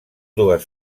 dues